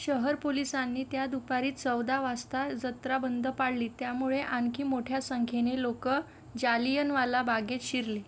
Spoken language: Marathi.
शहर पोलिसांनी त्या दुपारी चौदा वाजता जत्राबंद पाडली त्यामुळे आणखी मोठ्या संख्येने लोक जालियनवाला बागेत शिरले